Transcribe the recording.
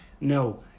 No